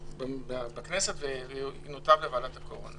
בכנסת ואז ינותב לוועדת הקורונה